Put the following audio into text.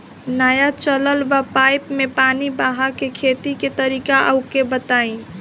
नया चलल बा पाईपे मै पानी बहाके खेती के तरीका ओके बताई?